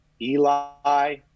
Eli